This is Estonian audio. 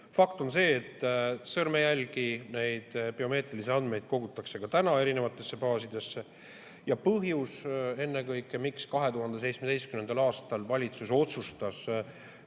Fakt on see, et sõrmejälgi, neid biomeetrilisi andmeid kogutakse ka täna erinevatesse baasidesse. Põhjus, miks 2017. aastal valitsus otsustas selle